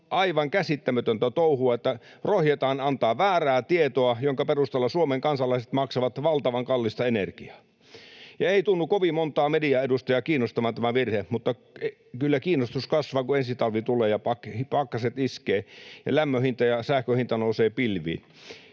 aivan käsittämätöntä touhua, että rohjetaan antaa väärää tietoa, jonka perusteella Suomen kansalaiset maksavat valtavan kallista energiaa. Ja ei tunnu kovin montaa median edustajaa kiinnostavan tämä virhe, mutta kyllä kiinnostus kasvaa, kun ensi talvi tulee ja pakkaset iskevät ja lämmön hinta ja sähkön hinta nousevat pilviin.